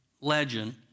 legend